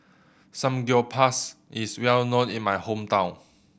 samgyeopsal is well known in my hometown